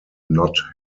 not